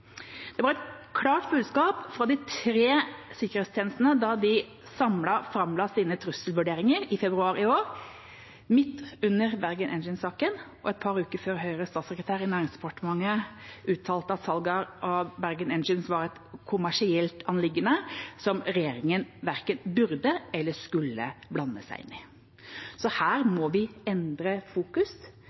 Det var et klart budskap fra de tre sikkerhetstjenestene da de samlet framla sine trusselvurderinger i februar i år, midt under Bergen Engines-saken og et par uker før Høyres statssekretær i Næringsdepartementet uttalte at salget av Bergen Engines var et kommersielt anliggende som regjeringa verken burde eller skulle blande seg inn i. Så her må vi endre fokus.